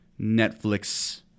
netflix